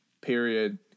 period